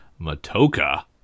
Matoka